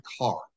car